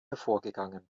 hervorgegangen